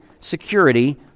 security